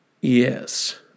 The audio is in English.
Yes